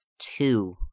two